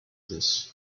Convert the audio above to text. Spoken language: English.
this